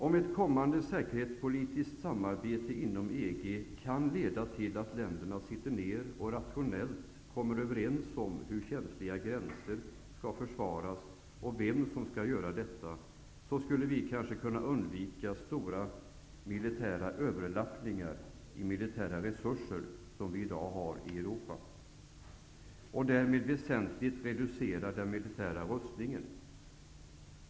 Om ett kommande säkerhetspolitiskt samarbete inom EG kan leda till att länderna sitter ner och rationellt kommer överens om hur de känsliga gränserna skall försvaras och vem som skall göra detta, skulle vi kanske kunna undvika stora överlappningar i militära resurser som vi i dag har i Europa och därmed väsentligt reducera den militära rustningen.